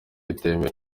itemewe